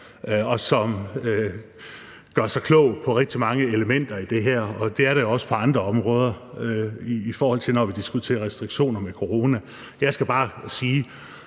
og som gør sig kloge på rigtig mange elementer i det her. Sådan er det også på andre områder, når vi diskuterer restriktioner i forhold til corona. Jeg skal bare sige,